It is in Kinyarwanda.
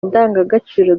indangagaciro